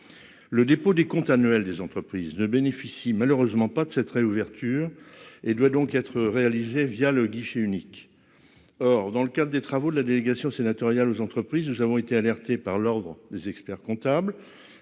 Le dépôt des comptes annuels des entreprises ne bénéficient malheureusement pas de cette réouverture et doit donc être réalisé via le guichet unique. Or, dans le cadre des travaux de la délégation sénatoriale aux entreprises nous avons été alertés par l'Ordre des experts-comptables